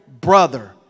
brother